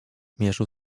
mierzył